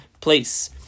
place